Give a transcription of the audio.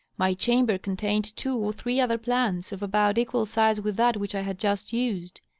my chamber contained two or three other plants, of about equal size with that which i had just used.